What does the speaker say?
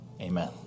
Amen